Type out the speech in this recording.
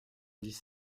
dix